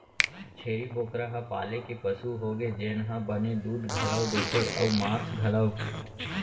छेरी बोकरा ह पाले के पसु होगे जेन ह बने दूद घलौ देथे अउ मांस घलौक